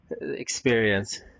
experience